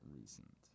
recent